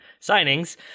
signings